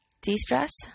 de-stress